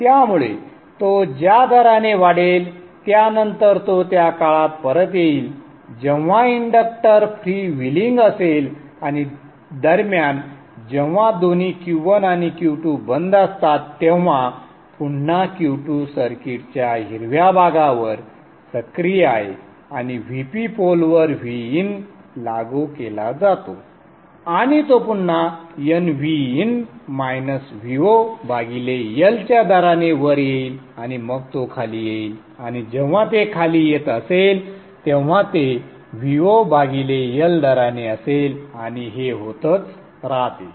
त्यामुळे तो ज्या दराने वाढेल त्यानंतर तो त्या काळात परत येईल जेव्हा इंडक्टर फ्रीव्हीलिंग असेल आणि दरम्यान जेव्हा दोन्ही Q1 आणि Q2 बंद असतात तेव्हा पुन्हा Q2 सर्किटच्या हिरव्या भागावर सक्रिय आहे आणि Vp पोलवर Vin लागू केला जातो आणि तो पुन्हा nVin -Vo L च्या दराने वर येईल आणि मग तो खाली येईल आणि जेव्हा ते खाली येत असेल तेव्हा ते VoL दराने असेल आणि हे होतच राहते